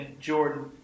Jordan